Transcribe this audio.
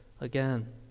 again